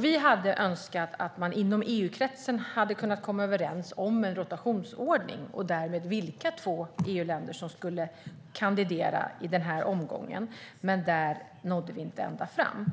Vi hade önskat att man inom EU-kretsen hade kunnat komma överens om en rotationsordning och därmed vilka två EU-länder som skulle kandidera i den här omgången, men där nådde vi inte ända fram.